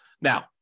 Now